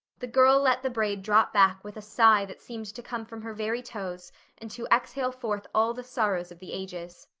the girl let the braid drop back with a sigh that seemed to come from her very toes and to exhale forth all the sorrows of the ages.